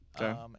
Okay